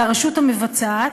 לרשות המבצעת,